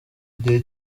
igihe